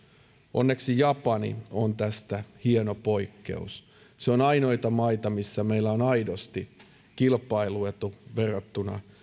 onneksi japani on tästä hieno poikkeus se on ainoita maita missä meillä on aidosti kilpailuetu verrattuna